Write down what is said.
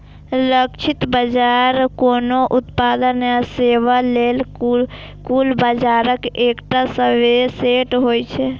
लक्षित बाजार कोनो उत्पाद या सेवा लेल कुल बाजारक एकटा सबसेट होइ छै